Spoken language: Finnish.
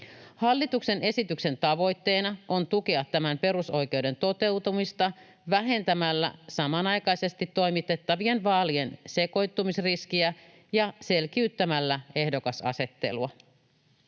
Hallituksen esityksen tavoitteena on tukea tämän perusoikeuden toteutumista vähentämällä samanaikaisesti toimitettavien vaalien sekoittumisriskiä ja selkiyttämällä ehdokasasettelua.